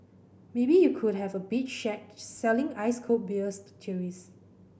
maybe you could have a beach shack selling ice cold beers to tourists